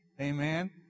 Amen